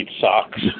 socks